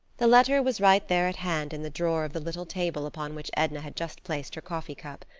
the letter was right there at hand in the drawer of the little table upon which edna had just placed her coffee cup.